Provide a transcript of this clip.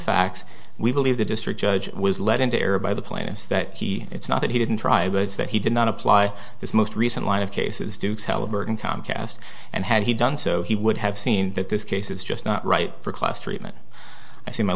facts we believe the district judge was let in the air by the players that he it's not that he didn't try which that he did not apply this most recent line of cases duke's halliburton comcast and had he done so he would have seen that this case is just not right for class treatment i see my